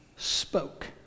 spoke